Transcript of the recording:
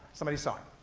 somebody saw him.